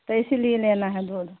तो इसीलिए लेना है दूध